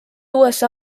usa